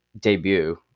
debut